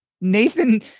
Nathan